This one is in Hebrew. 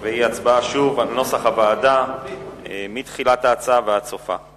שוב, הצבעה על נוסח הוועדה מתחילת ההצעה ועד סופה.